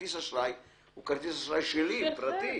כרטיס האשראי הוא כרטיס האשראי שלי, הוא פרטי,